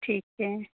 ठीक है